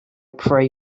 pray